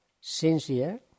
sincere